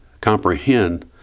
comprehend